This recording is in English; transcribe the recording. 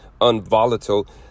unvolatile